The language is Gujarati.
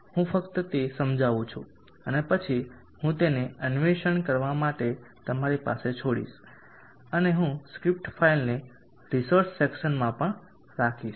હું ફક્ત તે સમજાવું છું અને પછી હું તેને અન્વેષણ કરવા માટે તમારી પાસે છોડીશ અને હું સ્ક્રિપ્ટ ફાઇલને રિસોર્સ સેક્સનમાં પણ રાખીશ